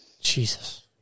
Jesus